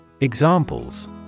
Examples